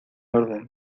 orden